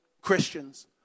Christians